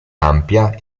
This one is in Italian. ampia